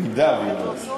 במידה שהוא לא מסכים.